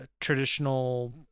traditional